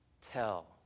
tell